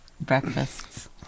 breakfasts